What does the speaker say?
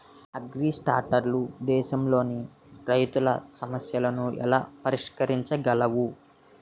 అగ్రిస్టార్టప్లు దేశంలోని రైతుల సమస్యలను ఎలా పరిష్కరించగలవు?